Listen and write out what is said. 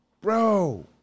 bro